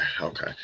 okay